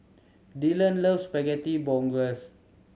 Dillan loves Spaghetti Bolognese